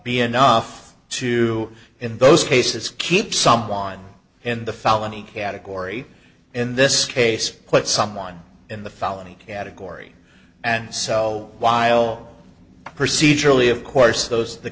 be enough to in those cases keep someone in the felony category in this case put someone in the fall any category and so while procedurally of course those the